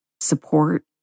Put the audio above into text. support